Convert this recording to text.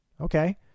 Okay